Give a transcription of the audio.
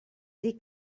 dir